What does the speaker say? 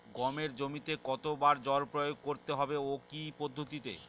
গমের জমিতে কতো বার জল প্রয়োগ করতে হবে ও কি পদ্ধতিতে?